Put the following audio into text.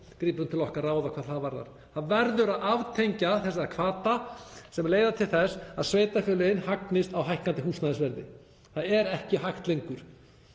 grípum til okkar ráða hvað það varðar. Það verður að aftengja þessa hvata sem leiða til þess að sveitarfélögin hagnist á hækkandi húsnæðisverði, þetta er ekki hægt lengur.